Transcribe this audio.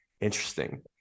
interesting